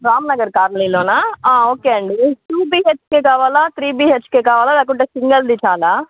రామ్ నగర్ కాలనీలోనా ఓకే అండీ two BHK కావాలా త్రీ బీహెచ్కే కావాలా లేకుంటే సింగల్ది చాలా